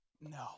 No